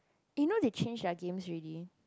you know they change their games already